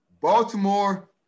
Baltimore